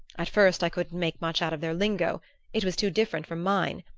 at first i couldn't make much out of their lingo it was too different from mine!